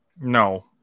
No